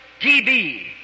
TB